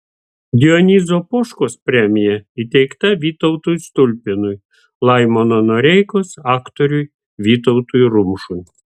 dionizo poškos premija įteikta vytautui stulpinui laimono noreikos aktoriui vytautui rumšui